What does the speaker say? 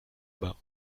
bas